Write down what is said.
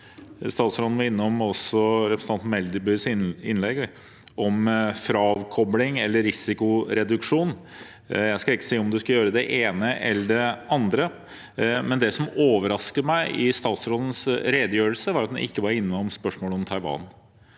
Melbys innlegg om frakopling eller risikoreduksjon. Jeg skal ikke si om man skal gjøre det ene eller det andre, men det som overrasket meg i statsrådens redegjørelse, var at han ikke var innom spørsmålet om Taiwan.